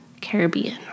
Caribbean